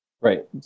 right